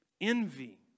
Envy